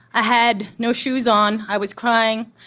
ah had no shoes on, i was crying,